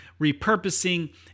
repurposing